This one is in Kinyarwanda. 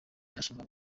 yashingwa